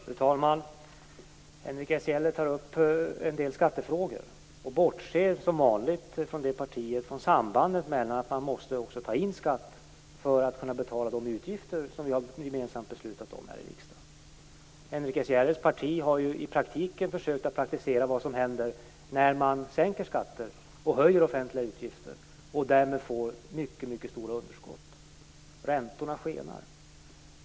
Fru talman! Henrik S Järrel har upp en del skattefrågor och bortser som vanligt från sambandet med att man också måste ta in skatt för att kunna betala de utgifter som vi gemensamt har beslutat om här i riksdagen. Henrik S Järrels parti har ju försökt att praktisera vad som händer när man sänker skatter och höjer offentliga utgifter. Då får man mycket stora underskott och räntorna skenar.